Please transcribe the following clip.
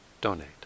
donate